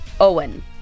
Owen